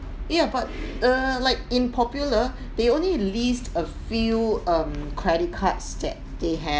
yeah but err like in popular they only list a few um credit cards that they have